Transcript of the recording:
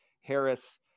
harris